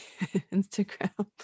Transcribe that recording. Instagram